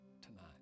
tonight